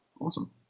Awesome